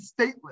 stateless